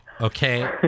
okay